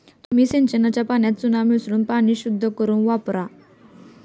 तुम्ही सिंचनाच्या पाण्यात चुना मिसळून पाणी शुद्ध करुन वापरा